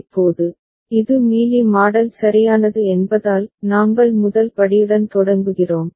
இப்போது இது Mealy model சரியானது என்பதால் நாங்கள் முதல் படியுடன் தொடங்குகிறோம்